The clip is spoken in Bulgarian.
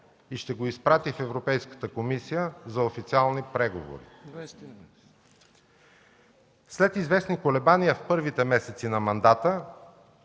и ще го изпрати в Европейската комисия за официални преговори. След известни колебания в първите месеци на мандата